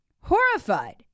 horrified